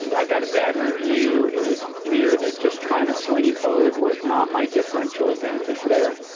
yeah i got a bad review. it was clear that just trying to sling code was not my differential advantage there.